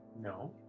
No